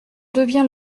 devient